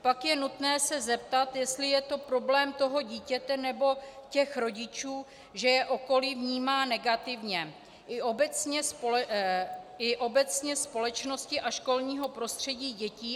Pak je nutné se zeptat, jestli je to problém toho dítěte, nebo těch rodičů, že je okolí vnímá negativně, i obecně společnosti a školního prostředí dětí.